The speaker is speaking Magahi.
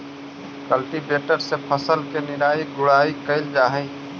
कल्टीवेटर से फसल के निराई गुडाई कैल जा हई